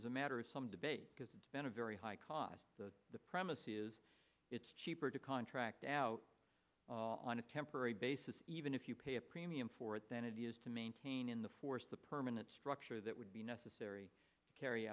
is a matter of some debate because it's been a very high cost to the premises it's cheaper to contract out on a temporary basis even if you pay a premium for it than it is to maintain in the force the permanent structure that would be necessary to carry